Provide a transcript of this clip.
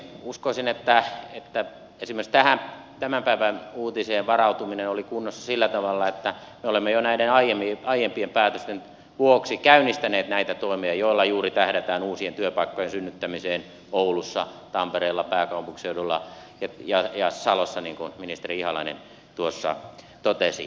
uskoisin että esimerkiksi tähän tämän päivän uutiseen varautuminen oli kunnossa sillä tavalla että me olemme jo näiden aiempien päätösten vuoksi käynnistäneet näitä toimia joilla juuri tähdätään uusien työpaikkojen synnyttämiseen oulussa tampereella pääkaupunkiseudulla ja salossa niin kuin ministeri ihalainen tuossa totesi